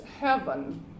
heaven